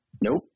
Nope